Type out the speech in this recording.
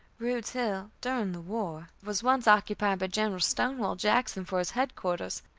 rude's hill, during the war, was once occupied by general stonewall jackson for his head-quarters,